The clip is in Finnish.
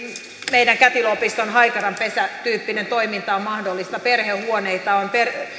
meidän kätilöopiston haikaranpesä tyyppinen toiminta on mahdollista perhehuoneita on